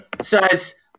says